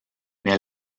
mais